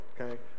okay